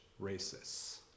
racists